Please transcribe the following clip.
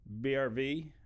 BRV